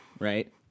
Right